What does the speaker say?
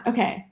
Okay